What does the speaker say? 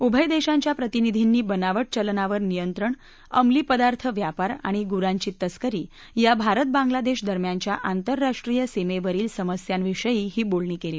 उभय देशांच्या प्रतिनिधींनी बनावट चलनावर नियंत्रण अमली पदार्थ व्यापार आणि गुरांची तस्करी या भारत बाग्लादेश दरम्यानच्या आंतरराष्ट्रीय सीमेवरील समस्यांविषयी ही बोलणी केली